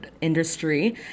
industry